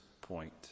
point